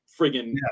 friggin